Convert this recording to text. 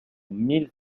mille